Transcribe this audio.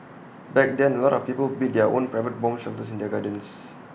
back then A lot of people built their own private bomb shelters in their gardens